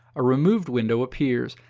a removed window appears,